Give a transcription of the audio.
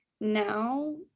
now